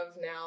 now